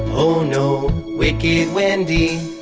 oh no, wicked wendy.